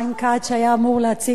שהיה אמור להציג את החוק.